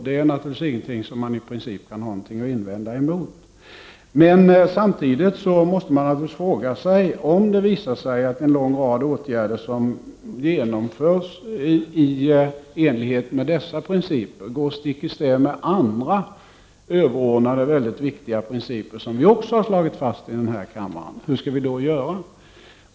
Det är ingenting som man i princip kan ha något att invända emot. Men om det visar sig att en lång rad åtgärder som genomförs i enlighet med dessa principer går stick i stäv med andra, överordnade och väldigt viktiga principer som vi också har slagit fast i den här kammaren, hur skall vi då göra?